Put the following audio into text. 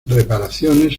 reparaciones